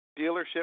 Dealership